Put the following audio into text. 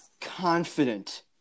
confident